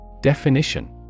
Definition